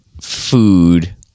food